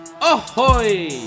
Ahoy